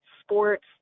sports